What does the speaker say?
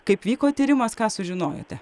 kaip vyko tyrimas ką sužinojote